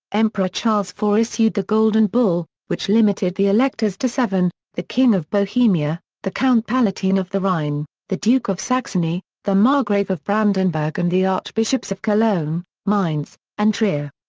emperor charles iv issued the golden bull, which limited the electors to seven the king of bohemia, the count palatine of the rhine, the duke of saxony, the margrave of brandenburg and the archbishops of cologne, mainz, and trier.